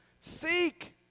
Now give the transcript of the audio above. Seek